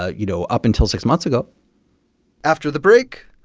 ah you know, up until six months ago after the break,